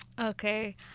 Okay